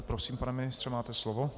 Prosím, pane ministře, máte slovo.